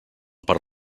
per